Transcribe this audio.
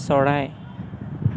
চৰাই